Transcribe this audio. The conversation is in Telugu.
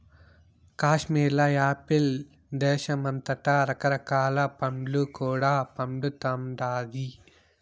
కాశ్మీర్ల యాపిల్ దేశమంతటా రకరకాల పండ్లు కూడా పండతండాయి